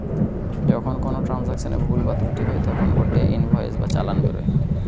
যখন কোনো ট্রান্সাকশনে ভুল বা ত্রুটি হই তখন গটে ইনভয়েস বা চালান বেরোয়